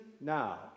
now